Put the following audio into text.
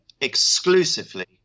exclusively